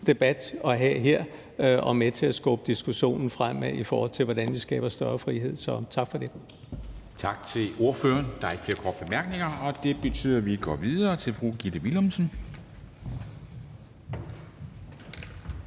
debat at have her, som kan være med til at skubbe diskussionen fremad, i forhold til hvordan vi skaber større frihed, så tak for det. Kl. 14:28 Formanden (Henrik Dam Kristensen): Tak til ordføreren. Der er ikke flere korte bemærkninger, og det betyder, at vi går videre til fru Gitte Willumsen,